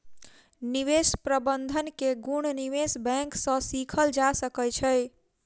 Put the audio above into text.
निवेश प्रबंधन के गुण निवेश बैंक सॅ सीखल जा सकै छै